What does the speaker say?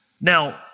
Now